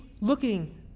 looking